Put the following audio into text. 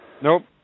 Nope